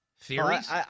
Theories